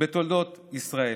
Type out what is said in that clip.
בתולדות ישראל.